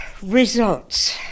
Results